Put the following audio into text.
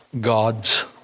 God's